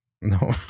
No